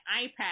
iPad